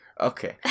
Okay